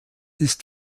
ist